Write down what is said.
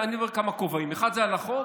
אני מדבר בכמה כובעים: האחד זה על החוק,